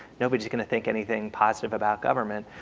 nobody's gonna think anything positive about government.